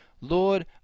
Lord